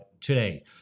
today